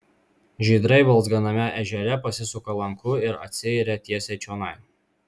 žydrai balzganame ežere pasisuka lanku ir atsiiria tiesiai čionai